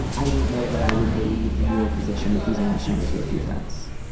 i don't know that i would believe in your position that he's only shown it to a few friends.